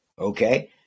Okay